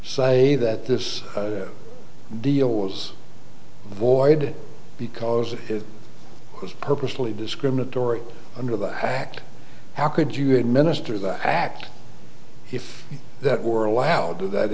say that this deal was voided because it was purposely discriminatory under the act how could you administer that act if that were allowed to that